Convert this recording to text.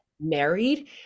married